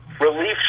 relief